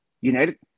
United